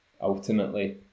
ultimately